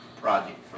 project